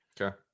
Okay